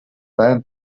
байнга